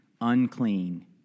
unclean